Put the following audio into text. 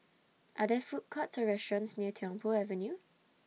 Are There Food Courts Or restaurants near Tiong Poh Avenue